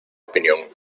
opinión